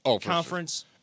conference